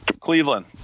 Cleveland—